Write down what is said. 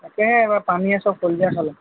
তাকেহে এইবাৰ পানীয়ে সব কলিজা খালে